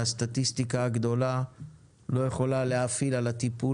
והסטטיסטיקה הגדולה לא יכולה להאפיל על הטיפול